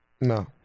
No